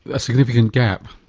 a significant gap.